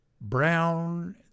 brown